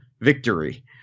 victory